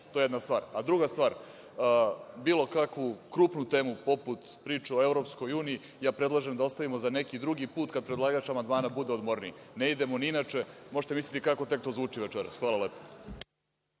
To je jedna stvar. Druga stvar, bilo kakvu krupnu temu, poput priče o EU, predlažem da ostavimo za neki drugi put, kada predlagač amandmana bude odmorniji. Ne ide mu ni inače, možete misliti kako tek to zvuči večeras. Hvala lepo.